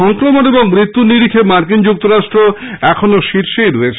সংক্রমণ এবং মৃত্যুর নিরিখে মার্কিন যুক্তরাষ্ট্র এখনো শীর্ষে রয়েছে